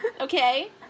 Okay